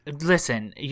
Listen